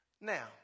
Now